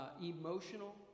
emotional